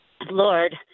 Lord